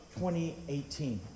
2018